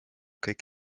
kõik